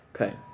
Okay